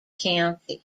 county